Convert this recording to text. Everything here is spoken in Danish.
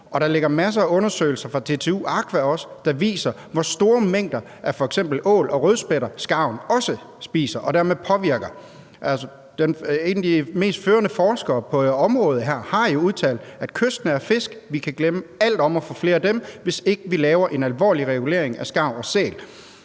Der ligger også masser af undersøgelser fra DTU Aqua, der viser, hvor store mængder af f.eks. ål og rødspætter skarven også spiser og dermed påvirker. En af de førende forskere på området her har jo udtalt, at vi kan glemme alt om at få flere af de kystnære fisk, hvis ikke vi laver en alvorlig regulering af skarv og sæl,